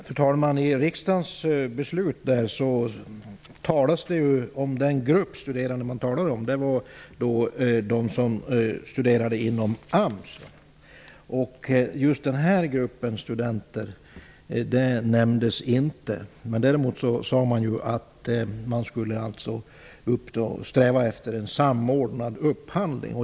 Fru talman! Den grupp studerande som man talar om i riksdagens beslut var de som studerade inom AMS. Just den här gruppen studenter nämndes inte. Men däremot sade man att man skulle sträva efter en samordnad upphandling.